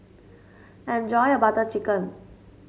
enjoy your Butter Chicken